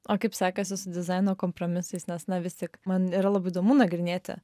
o kaip sekasi su dizaino kompromisais nes na vis tik man yra labai įdomu nagrinėti